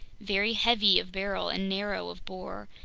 very heavy of barrel and narrow of bore,